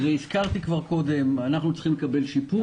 הזכרתי כבר קודם: אנחנו צריכים לקבל שיפוי.